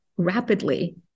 rapidly